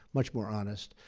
much more honest.